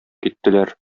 киттеләр